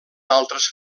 altres